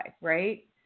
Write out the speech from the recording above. right